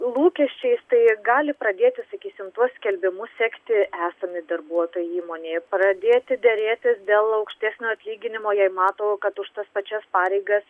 lūkesčiais tai gali pradėti sakysim tuos skelbimus sekti esami darbuotojai įmonėje pradėti derėtis dėl aukštesnio atlyginimo jei mato kad už tas pačias pareigas